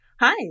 Hi